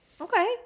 okay